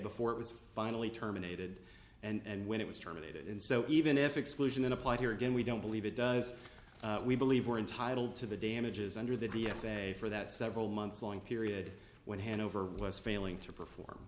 before it was finally terminated and when it was terminated and so even if exclusion applied here again we don't believe it does we believe we're entitled to the damages under the d f a for that several months long period when hanover was failing to perform